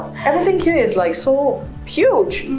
everything here is like, so huge!